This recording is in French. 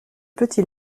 petit